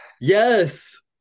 Yes